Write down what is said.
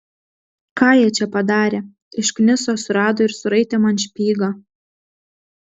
ką jie čia padarė iškniso surado ir suraitė man špygą